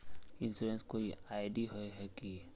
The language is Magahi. इंश्योरेंस कोई आई.डी होय है की?